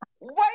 Wait